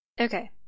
Okay